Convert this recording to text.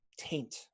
taint